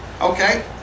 Okay